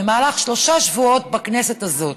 במהלך שלושה שבועות בכנסת הזאת